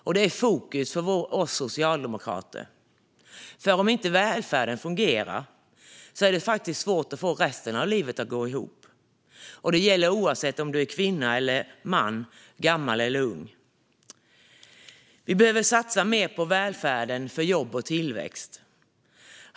Detta är fokus för oss socialdemokrater, för om inte välfärden fungerar är det svårt att få resten av livet att gå ihop. Detta gäller oavsett om man är kvinna eller man eller gammal eller ung. Vi behöver satsa mer på välfärden, för jobb och tillväxt.